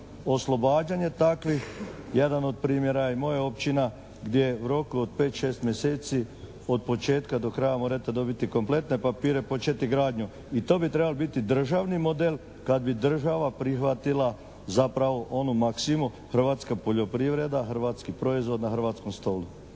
oslobađanje takvih, jedan od primjera je i moja općina gdje u roku od pet, šest mjeseci od početka do kraja morete dobiti kompletne papire, početi gradnju i to bi trebal biti državni model kad bi država prihvatila zapravo onu maksimu hrvatska poljoprivreda, hrvatski proizvod na hrvatskom stolu.